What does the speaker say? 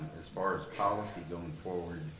as far as policy going forward,